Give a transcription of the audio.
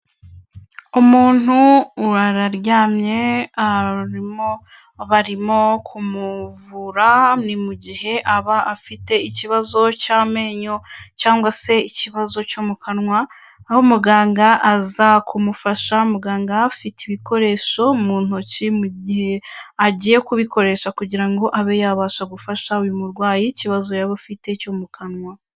Umuntu aryamyemo barimo kumuvura ni mu gihe aba afite ikibazo cy'amenyo cyangwa se ikibazo cyo mu kanwa aho muganga aza kumufasha, muganga afite ibikoresho mu ntoki mu gihe agiye kubikoresha kugira ngo abe yabasha gufasha uyu murwayi ikibazo yaba afite cyo mu kanwa.